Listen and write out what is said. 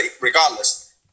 regardless